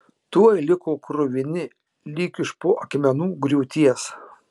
tuoj liko kruvini lyg iš po akmenų griūties